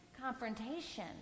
confrontation